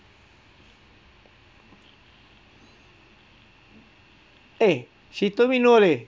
eh she told me no leh